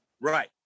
Right